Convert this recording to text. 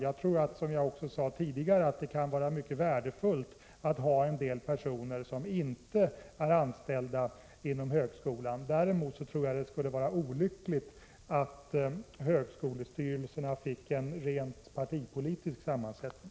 Jag tror, som jag sade tidigare, att det kan vara mycket värdefullt att ha en del personer som inte är anställda inom högskolan. Däremot tror jag att det skulle vara olyckligt om högskolestyrelserna fick en rent partipolitisk sammansättning.